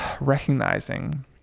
recognizing